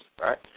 right